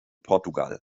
portugal